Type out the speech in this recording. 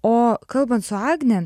o kalbant su agne